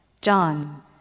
John